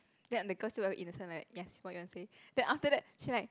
then the girl still very innocent like yes what you want to say then after that she like